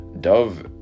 Dove